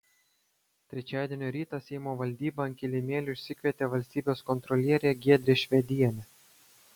trečiadienio rytą seimo valdyba ant kilimėlio išsikvietė valstybės kontrolierę giedrę švedienę